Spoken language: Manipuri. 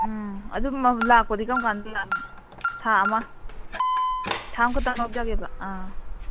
ꯎꯝ ꯑꯗꯨ ꯂꯥꯛꯄꯗꯤ ꯀꯔꯝ ꯀꯥꯟꯗ ꯌꯥꯅꯤ ꯊꯥ ꯑꯃ ꯊꯥ ꯑꯃꯈꯛꯇꯪ ꯂꯧꯖꯒꯦꯕ ꯑ